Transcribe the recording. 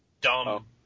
dumb